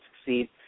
succeed